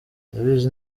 ndabizi